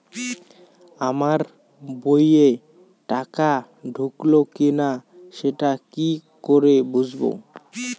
আমার বইয়ে টাকা ঢুকলো কি না সেটা কি করে বুঝবো?